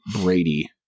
Brady